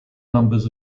numbers